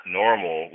normal